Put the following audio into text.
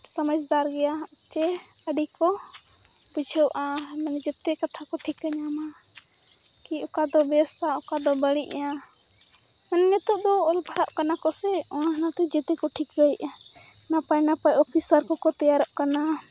ᱥᱚᱢᱟᱡᱫᱟᱨ ᱜᱮᱭᱟ ᱪᱮ ᱟᱹᱰᱤ ᱠᱚ ᱵᱩᱡᱷᱟᱹᱣᱟ ᱢᱟᱱᱮ ᱡᱚᱛᱚ ᱠᱟᱛᱷᱟ ᱠᱚ ᱴᱷᱤᱠᱟᱹ ᱧᱟᱢᱟ ᱠᱤ ᱚᱠᱟ ᱫᱚ ᱵᱮᱥᱟ ᱚᱠᱟ ᱫᱚ ᱵᱟᱹᱲᱤᱡᱼᱟ ᱩᱱᱱᱚᱛᱚ ᱫᱚ ᱚᱞ ᱯᱟᱲᱦᱟᱜ ᱠᱟᱱᱟ ᱠᱚ ᱥᱮ ᱚᱱᱟ ᱦᱚᱛᱮᱛᱮ ᱡᱚᱛᱚ ᱠᱚ ᱴᱷᱤᱠᱟᱹᱭᱮᱫᱟ ᱱᱟᱯᱟᱭᱼᱱᱟᱯᱟᱭ ᱚᱯᱷᱤᱥᱟᱨ ᱠᱚᱠᱚ ᱛᱮᱭᱟᱨᱚᱜ ᱠᱟᱱᱟ